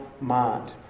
mind